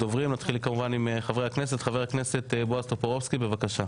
חבר הכנסת בועז טופורובסקי, בקשה.